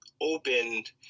opened